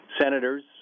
senators